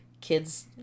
Kids